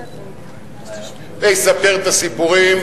ויספר את הסיפורים,